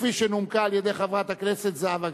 כפי שנומקה על-ידי חברת הכנסת זהבה גלאון,